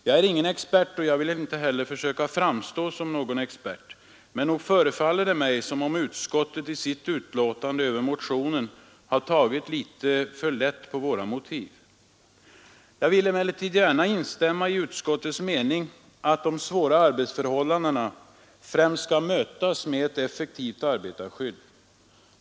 Jag är ingen expert och vill heller inte försöka framstå som sådan, men nog förefaller det mig som om utskottet i sitt betänkande över motionen har tagit litet för lätt på våra motiv. Jag vill emellertid gärna instämma i utskottets mening att de svåra arbetsförhållandena främst skall mötas med ett effektivt arbetarskydd.